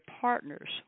partners